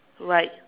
right